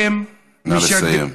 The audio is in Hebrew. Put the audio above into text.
נא לסיים.